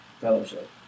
fellowship